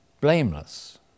blameless